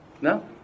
No